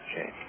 Okay